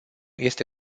este